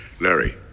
Larry